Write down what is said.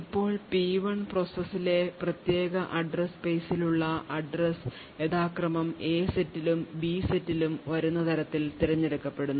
ഇപ്പോൾ P1 പ്രോസസ്സിലെ പ്രത്യേക address space ൽ ഉള്ള address യഥാക്രമം A സെറ്റിലും B സെറ്റിലും വരുന്ന തരത്തിൽ തിരഞ്ഞെടുക്കപ്പെടുന്നു